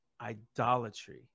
idolatry